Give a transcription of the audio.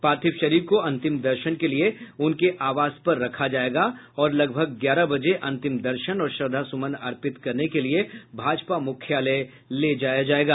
पार्थिव शरीर को अंतिम दर्शन के लिए उनके आवास पर रखा जाएगा और लगभग ग्यारह बजे अंतिम दर्शन और श्रद्धासुमन अर्पित करने के लिए भाजपा मुख्यालय ले जाया जाएगा